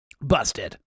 Busted